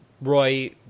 Roy